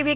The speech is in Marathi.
व्ही